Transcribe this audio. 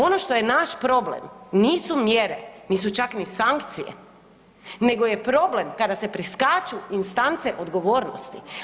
Ono što je naš problem, nisu mjere, nisu čak ni sankcije, nego je problem kada se preskaču instance odgovornosti.